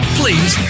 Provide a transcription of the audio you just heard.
please